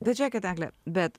bet žiūrėkit egle bet